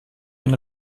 ein